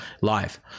live